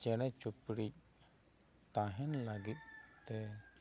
ᱪᱮᱬᱮ ᱸ ᱪᱤᱯᱲᱩ ᱛᱟᱦᱮᱸᱱ ᱞᱟᱹᱜᱤᱫ ᱛᱮ